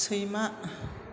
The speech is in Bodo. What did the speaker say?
सैमा